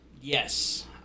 Yes